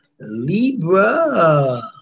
Libra